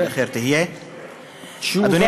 אדוני